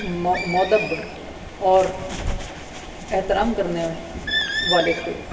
مودب اور احترام کرنے والے تھے